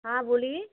हाँ बोलिए